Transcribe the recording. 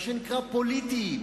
מה שנקרא, פוליטיים,